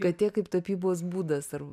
katė kaip tapybos būdas ar